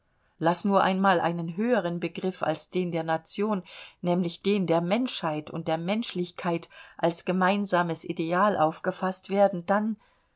laß nur einmal einen höheren begriff als den der nation nämlich den der menschheit und der menschlichkeit als gemeinsames ideal aufgefaßt werden dann